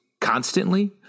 constantly